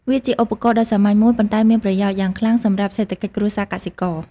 វាជាឧបករណ៍ដ៏សាមញ្ញមួយ ប៉ុន្តែមានប្រយោជន៍យ៉ាងខ្លាំងសម្រាប់សេដ្ឋកិច្ចគ្រួសារកសិករ។